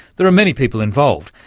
there are many people involved,